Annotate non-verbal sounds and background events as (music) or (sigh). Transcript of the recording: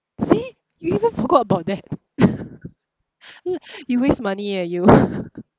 see you even forgot about that (laughs) you waste money eh you (laughs)